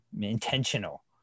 intentional